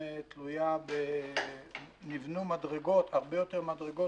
ונבנו הרבה יותר מדרגות.